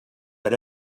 but